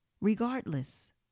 Regardless